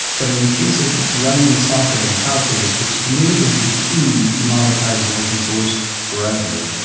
but in the case of running the software as a cloud service, which to me is the key to monetizing open source forever.